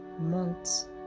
months